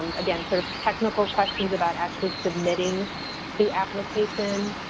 and again, sort of technical questions about actually submitting the application